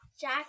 Jack